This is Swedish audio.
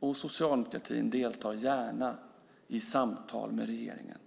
och Socialdemokraterna deltar gärna i samtal med regeringen.